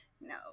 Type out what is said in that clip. no